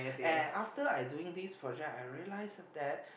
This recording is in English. and after I doing this project I realise that